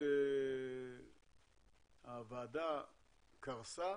הוועדה קרסה.